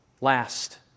Last